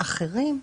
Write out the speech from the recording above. אחרים,